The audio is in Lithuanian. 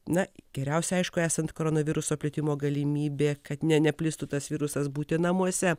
na geriausia aišku esant koronaviruso plitimo galimybė kad ne neplistų tas virusas būti namuose